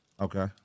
Okay